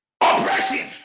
oppression